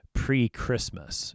pre-christmas